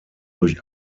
durch